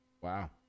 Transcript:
Wow